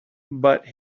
but